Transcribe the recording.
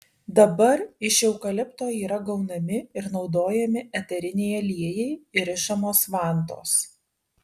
dabar iš eukalipto yra gaunami ir naudojami eteriniai aliejai ir rišamos vantos